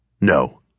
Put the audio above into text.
No